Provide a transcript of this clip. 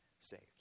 saved